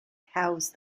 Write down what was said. house